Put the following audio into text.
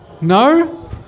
No